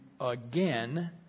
again